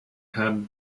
han